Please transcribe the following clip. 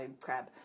Crab